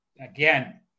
again